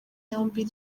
yombi